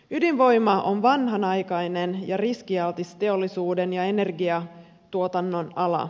ydinvoima on vanhanaikainen ja riskialtis teollisuuden ja energiantuotannon ala